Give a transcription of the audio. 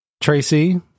Tracy